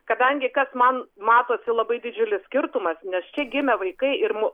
kadangi kas man matosi labai didžiulis skirtumas nes čia gimę vaikai ir mo